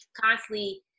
constantly